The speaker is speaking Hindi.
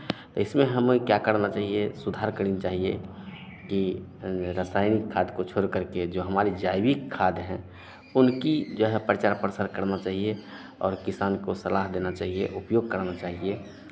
तो इसमें हमें क्या करना चहिए सुधार करनी चाहिए कि रसायनिक खाद को छोड़ करके जो हमारे जैविक खाद हैं उनकी जो है प्रचार प्रसार करना चाहिए और किसान को सलाह देना चहिए उपयोग कराना चाहिए